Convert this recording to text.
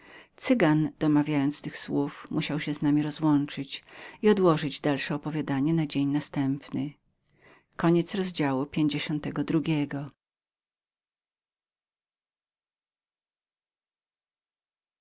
domawiając tych słów musiał się z nami rozłączyć i odłożyć dalsze opowiadanie na dzień następny